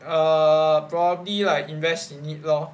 err probably like invest in it lor